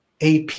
AP